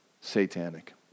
satanic